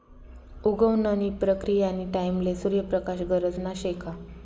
उगवण नी प्रक्रीयानी टाईमले सूर्य प्रकाश गरजना शे का